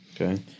okay